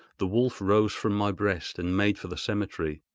the wolf rose from my breast and made for the cemetery.